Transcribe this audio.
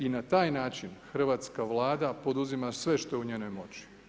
I na taj način hrvatska Vlada poduzima sve što je u njenoj moći.